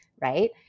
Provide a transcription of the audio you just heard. right